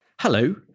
Hello